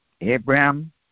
Abraham